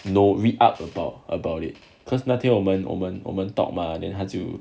no read up about about it cause 那天我们我们我们 talk mah then 他就